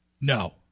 No